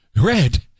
Red